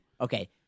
Okay